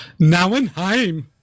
Nauenheim